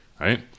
right